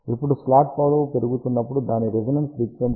ఇప్పుడు స్లాట్ పొడవు పెరుగుతున్నప్పుడు దాని రేజోనెన్స్ ఫ్రీక్వెన్సీ 5